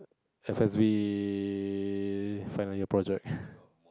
F_S_V final year project